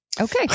Okay